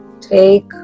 Take